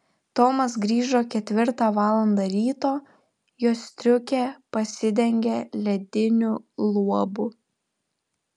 tomas grįžo ketvirtą valandą ryto jo striukė pasidengė lediniu luobu